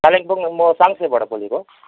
कालिम्पोङमा म साङ्सेबाट बोलेको